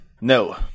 No